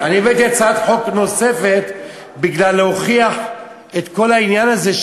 אני הבאתי הצעת חוק נוספת כדי להוכיח את כל העניין הזה,